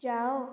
ଯାଅ